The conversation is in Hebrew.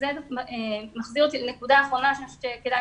זאת נקודה אחרונה שכדאי